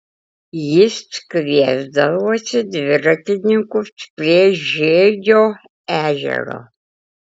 jis kviesdavosi dviratininkus prie žiegio ežero